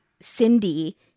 Cindy